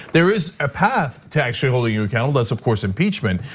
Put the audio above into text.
there is a path to actually holding you accountable, that's of course impeachment.